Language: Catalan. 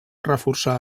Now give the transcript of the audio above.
reforçar